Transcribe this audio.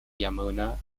yamuna